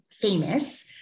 famous